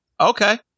Okay